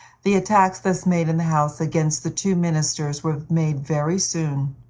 the attacks thus made in the house against the two ministers were made very soon.